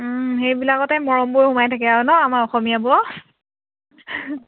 সেইবিলাকতে মৰমবোৰ সোমাই থাকে আৰু নহ্ আমাৰ অসমীয়াবোৰৰ